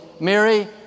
Mary